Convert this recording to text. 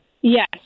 Yes